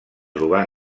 trobar